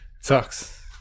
sucks